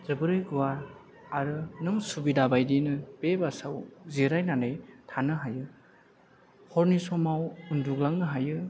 जोबोरै गुवार आरो नों सुबिदा बायदियैनो बे बासाव जिरायनानै थानो हायो हरनि समाव उन्दुग्लांनो हायो